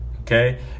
Okay